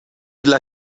dla